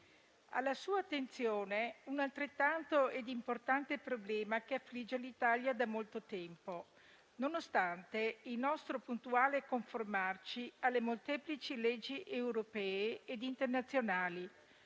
del signor Ministro un altrettanto importante problema che affligge l'Italia da molto tempo. Nonostante il nostro puntuale conformarci alle molteplici leggi europee ed internazionali,